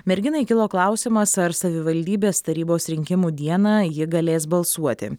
merginai kilo klausimas ar savivaldybės tarybos rinkimų dieną ji galės balsuoti